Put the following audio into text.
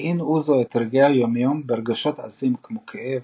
מטעין אוזו את רגעי היומיום ברגשות עזים כמו כאב,